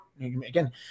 Again